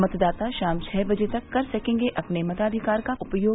मतदाता शाम छः बजे तक कर सकेंगे अपने मताधिकार का उपयोग